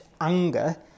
anger